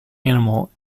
animal